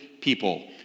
people